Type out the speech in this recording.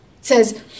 says